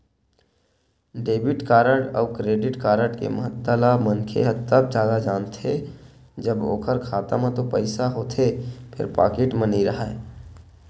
debit card अउ credit card के महत्ता ल मनखे ह तब जादा जानथे जब ओखर खाता म तो पइसा होथे फेर पाकिट म नइ राहय